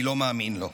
אני לא מאמין לו.